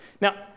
Now